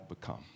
become